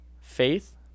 faith